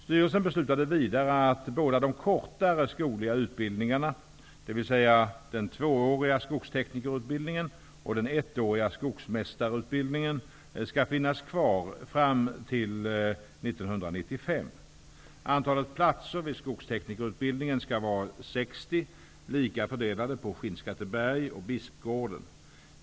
Styrelsen beslutade vidare att de båda kortare skogliga utbildningarna, dvs. den tvååriga skogsteknikerutbildningen och den ettåriga skogsmästareutbildningen, skall finnas kvar fram till 1995. Antalet platser vid skogsteknikerutbildningen skall vara 60, lika fördelade på Skinnskatteberg och Bispgården.